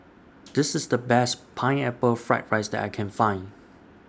This IS The Best Pineapple Fried Rice that I Can Find